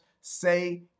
Say